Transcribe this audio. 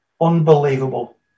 Unbelievable